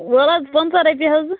وَلہٕ حظ پنٛژاہ رۄپیہِ حظ